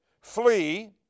flee